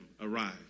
Arise